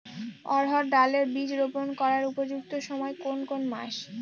অড়হড় ডাল এর বীজ রোপন করার উপযুক্ত সময় কোন কোন মাস?